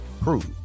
prove